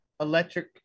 electric